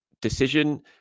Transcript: Decision